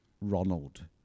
Ronald